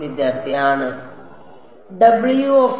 വിദ്യാർത്ഥി ആണ്